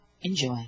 Enjoy